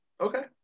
Okay